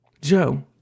Joe